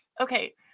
Okay